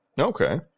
Okay